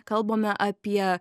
kalbame apie